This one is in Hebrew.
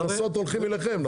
הקנסות הולכים אליכם, נכון?